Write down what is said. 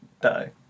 die